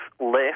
left